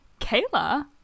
Kayla